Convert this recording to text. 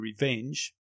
revenge